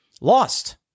lost